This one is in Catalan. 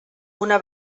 una